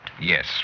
Yes